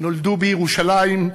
נולדו בירושלים,